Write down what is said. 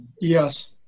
Yes